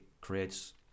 creates